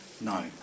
No